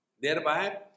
Thereby